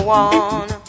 one